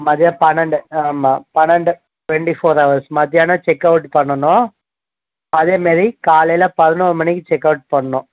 மதியம் பன்னெண்டு ஆமாம் பன்னெண்டு டுவெண்ட்டி ஃபோர் ஹவர்ஸ் மத்தியானம் செக் அவுட் பண்ணணும் அதே மாரி காலையில் பதினொரு மணிக்கு செக் அவுட் பண்ணணும்